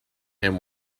and